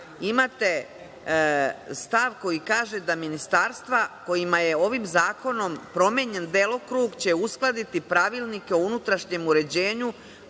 imate stav koji kaže - ministarstva kojima je ovim zakonom promenjen delokrug će uskladiti pravilnike o unutrašnjem uređenju